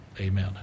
Amen